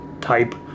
type